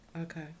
okay